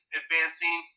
advancing